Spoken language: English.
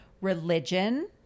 religion